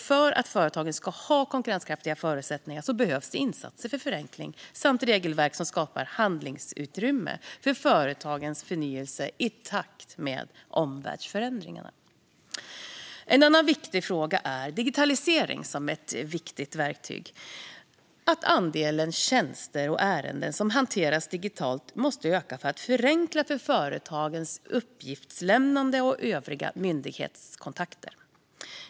För att företagen ska ha konkurrenskraftiga förutsättningar behövs det insatser för förenkling samt regelverk som skapar handlingsutrymme för företagens förnyelse i takt med omvärldsförändringarna. En annan viktig fråga är digitalisering, som är ett betydelsefullt verktyg. Andelen tjänster och ärenden som hanteras digitalt måste öka för att förenkla för företagens uppgiftslämnande och övriga myndighetskontakter.